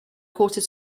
quarter